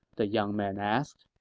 the young man asked.